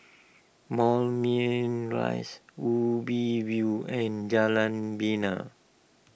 Moulmein Rise Ubi View and Jalan Bena